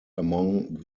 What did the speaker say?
among